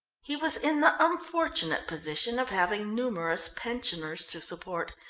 he was in the unfortunate position of having numerous pensioners to support,